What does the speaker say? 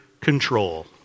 control